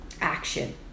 action